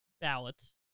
ballots